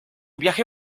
viaje